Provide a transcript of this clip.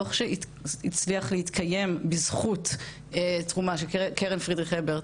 דו"ח שהצליח להתקיים בזכות תרומה של קרן פרידריך אברט,